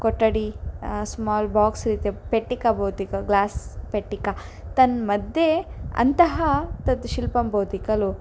कोटडि small box रीत्या पेटिका भवति खलु ग्लास् पेटिका तन्मद्ये अन्तः तत् शिल्पं भवति खलु